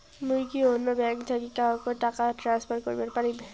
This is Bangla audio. মুই কি অন্য ব্যাঙ্ক থাকি কাহকো টাকা ট্রান্সফার করিবার পারিম?